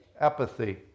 apathy